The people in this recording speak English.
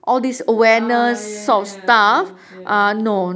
ah ya ya ya ya